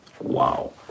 Wow